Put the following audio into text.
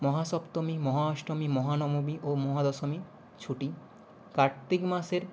মহাসপ্তমী মহাঅষ্টমী মহানবমী ও মহাদশমী ছুটি কার্তিক মাসের